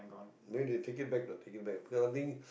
then they take it back lah take it back this kind of thing